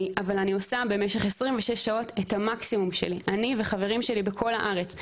אבל אני עושה במשך 26 שעות את המקסימום שלי אני וחברים שלי בכל הארץ,